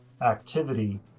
activity